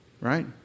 right